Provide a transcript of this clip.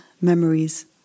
memories